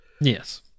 Yes